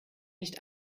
nicht